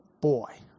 Boy